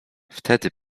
wtedy